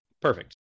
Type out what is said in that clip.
perfect